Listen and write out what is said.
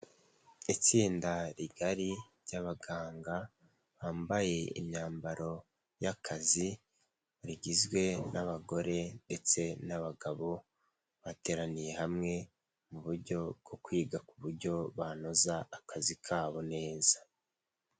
Itsinda rigari ry'abaganga bambaye imyambaro y'akazi rigizwe n'abagore ndetse n'abagabo bateraniye hamwe mu buryo bwo kwiga ku buryo banoza akazi kabo neza.